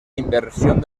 inversión